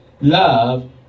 Love